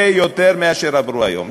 הרבה יותר מאשר עוברות היום.